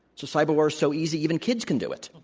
so cyber war is so easy, even kids can do it.